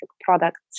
products